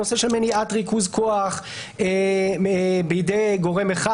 הנושא של מניעת ריכוז כוח בידי גורם אחד